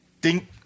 Ding